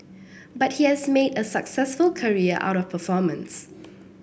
but he has made a successful career out of performance